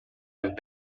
amb